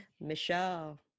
Michelle